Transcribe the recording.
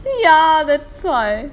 ya that's why